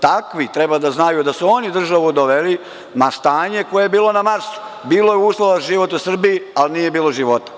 Takvi treba da znaju da su oni državu doveli na stanje koje je bilo na Marsu, bilo je uslova za život u Srbiji ali nije bilo života.